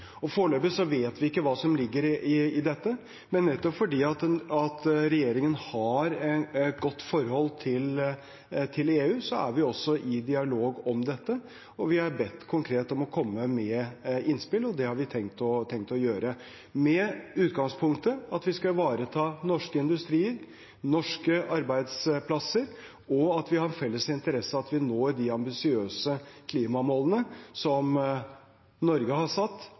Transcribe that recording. Foreløpig vet vi ikke hva som ligger i dette, men nettopp fordi regjeringen har et godt forhold til EU, er vi også i dialog om det. Vi er konkret bedt om å komme med innspill, og det har vi tenkt å gjøre – med det utgangspunktet at vi skal ivareta norsk industri og norske arbeidsplasser, og at vi har en felles interesse av å nå de ambisiøse klimamålene som Norge har satt,